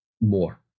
more